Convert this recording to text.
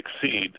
succeed